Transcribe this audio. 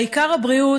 העיקר הבריאות,